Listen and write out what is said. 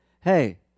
hey